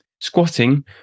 squatting